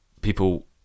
people